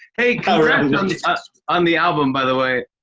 hey, congrats on the album, by the way.